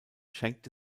schenkte